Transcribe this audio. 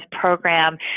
program